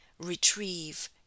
retrieve